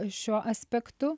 šiuo aspektu